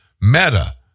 meta